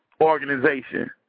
organization